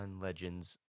Legends